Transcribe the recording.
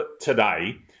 today